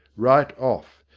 right off,